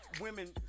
women